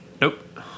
Nope